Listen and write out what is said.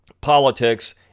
politics